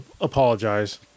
Apologize